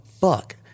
fuck